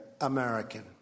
American